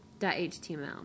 html